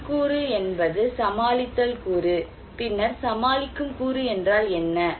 உள் கூறு என்பது சமாளித்தல் கூறு பின்னர் சமாளிக்கும் கூறு என்றால் என்ன